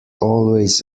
always